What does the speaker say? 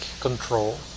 control